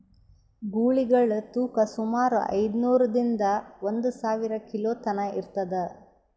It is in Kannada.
ಗೂಳಿಗಳ್ ತೂಕಾ ಸುಮಾರ್ ಐದ್ನೂರಿಂದಾ ಒಂದ್ ಸಾವಿರ ಕಿಲೋ ತನಾ ಇರ್ತದ್